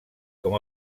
com